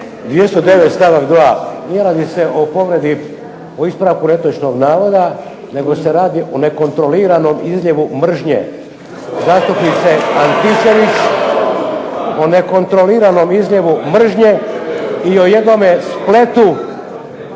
209. članak 2., ne radi se o ispravku netočnog navoda nego se radi o nekontroliranom izljevu mržnje zastupnice Antičević, o nekontroliranom izljevu mržnje i o jednome spletu